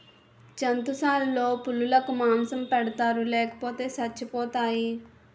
జంతుశాలలో పులులకు మాంసం పెడతారు లేపోతే సచ్చిపోతాయి